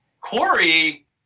Corey